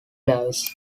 lives